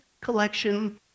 collection